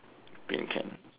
bin can